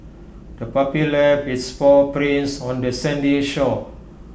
the puppy left its paw prints on the sandy shore